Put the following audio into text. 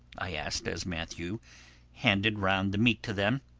i asked as matthew handed round the meat to them.